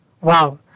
Wow